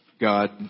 God